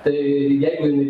tai jeigu jinai